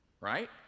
right